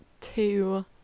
two